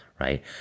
right